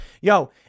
Yo